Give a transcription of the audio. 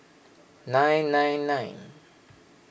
nine nine nine